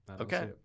Okay